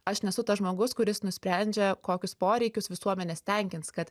aš nesu tas žmogus kuris nusprendžia kokius poreikius visuomenės tenkins kad